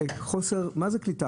מה זה קליטה